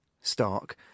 stark